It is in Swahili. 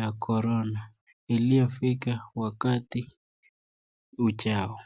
wa korona iliyofika wakati ujao.